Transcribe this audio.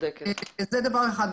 זה דבר אחד.